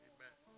Amen